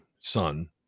son